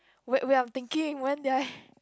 wait wait I'm thinking when did I